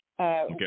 Okay